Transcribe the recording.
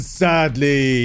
sadly